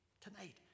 tonight